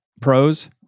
pros